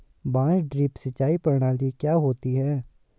बांस ड्रिप सिंचाई प्रणाली क्या होती है?